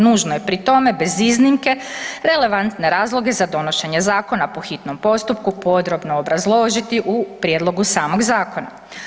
Nužno je pri tome bez iznimke relevantne razloge za donošenje zakona po hitnom postupku podrobno obrazložiti u prijedlogu samog zakona.